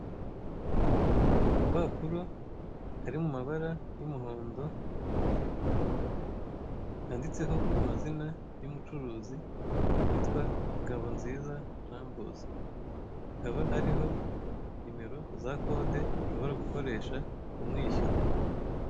Agapapuro kari mu mabara y'umuhondo n'umweru, kanditseho amazina y'umucuruzi witwa Ngabonziza Jean Bosco. Hakaba hariho nimero za kode ushobora gukoresha umwishyura.